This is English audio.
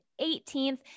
18th